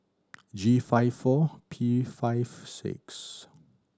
G five four P five six